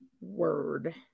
word